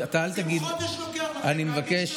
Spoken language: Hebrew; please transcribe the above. אתה, אל תגיד, אני מבקש,